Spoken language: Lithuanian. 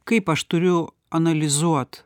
kaip aš turiu analizuot